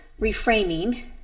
reframing